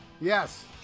Yes